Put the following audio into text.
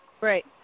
Right